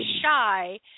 shy